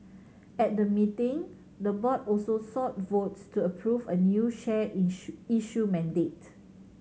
at the meeting the board also sought votes to approve a new share issue mandate